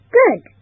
good